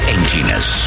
Emptiness